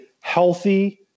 healthy